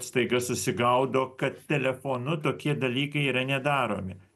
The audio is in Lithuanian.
staiga susigaudo kad telefonu tokie dalykai yra nedaromi